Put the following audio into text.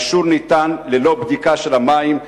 האישור ניתן ללא בדיקה של המים,